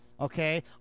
okay